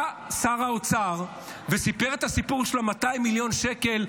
בא שר האוצר וסיפר את הסיפור של ה-200 מיליון שקל,